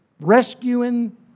rescuing